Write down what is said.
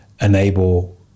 enable